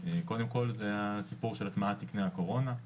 קודם כל זה הסיפור של הטמעת תקני הקורונה,